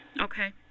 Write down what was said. Okay